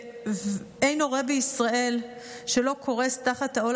ואין הורה בישראל שלא קורס תחת העול